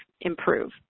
improve